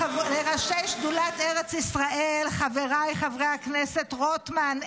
לראשי שדולת ארץ ישראל חבריי חברי הכנסת רוטמן,